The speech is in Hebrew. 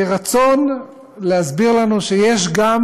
כרצון להסביר לנו שיש גם